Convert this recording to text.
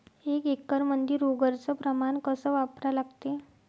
एक एकरमंदी रोगर च प्रमान कस वापरा लागते?